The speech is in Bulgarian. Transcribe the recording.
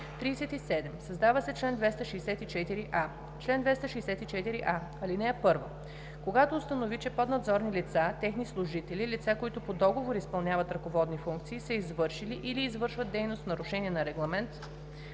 37. Създава се чл. 264а: „Чл. 264а. (1) Когато установи, че поднадзорни лица, техни служители, лица, които по договор изпълняват ръководни функции, са извършили или извършват дейност в нарушение на Регламент